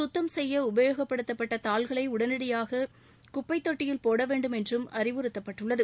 சுத்தம் செய்ய உபயோகப்படுத்தப்பட்ட தாள்களை உடனடியாக குப்பைத் தொட்டியில் போட வேண்டும் என்றும் அறிவுறுத்தப்பட்டுள்ளது